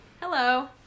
Hello